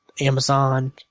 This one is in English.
Amazon